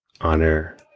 honor